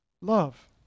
love